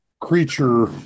Creature –